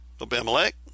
Abimelech